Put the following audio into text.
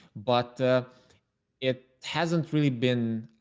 but it hasn't really been